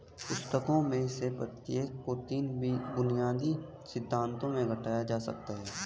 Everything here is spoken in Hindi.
पुस्तकों में से प्रत्येक को तीन बुनियादी सिद्धांतों में घटाया जा सकता है